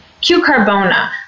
Q-Carbona